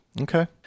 Okay